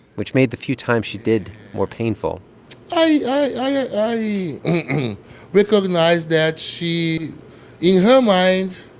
which made the few times she did more painful i recognize that she in her mind,